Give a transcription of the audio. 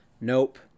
Nope